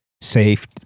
safe